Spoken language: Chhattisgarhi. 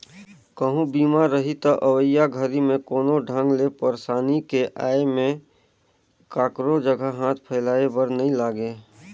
कहूँ बीमा रही त अवइया घरी मे कोनो ढंग ले परसानी के आये में काखरो जघा हाथ फइलाये बर नइ लागे